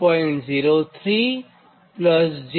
03 j 0